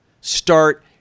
start